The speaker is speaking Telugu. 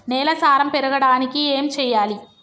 నేల సారం పెరగడానికి ఏం చేయాలి?